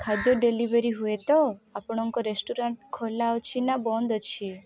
ଖାଦ୍ୟ ଡେଲିଭରି ହୁଏ ତ ଆପଣଙ୍କ ରେଷ୍ଟୁରାଣ୍ଟ୍ ଖୋଲା ଅଛି ନା ବନ୍ଦ ଅଛି